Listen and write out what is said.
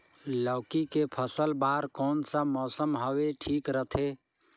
लौकी के फसल बार कोन सा मौसम हवे ठीक रथे?